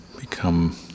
become